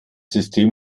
system